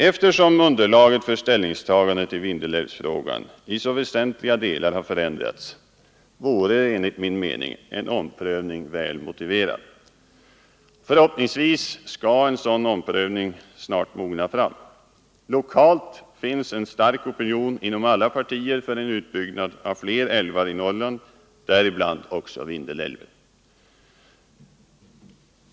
Eftersom underlaget för ställningstagandet i Vindelälvsfrågan i så väsentliga delar har förändrats vore enligt min mening en omprövning väl motiverad. Förhoppningsvis skall en sådan omprövning snart mogna fram. Lokalt finns en stark opinion inom alla partier för en utbyggnad av flera älvar i Norrland, däribland också Vindelälven.